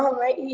ah right here.